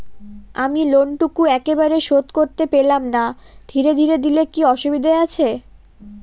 আমি লোনটুকু একবারে শোধ করতে পেলাম না ধীরে ধীরে দিলে কি অসুবিধে আছে?